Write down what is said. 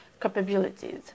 capabilities